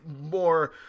more